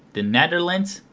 the netherlands,